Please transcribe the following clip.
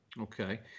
Okay